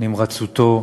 נמרצותו,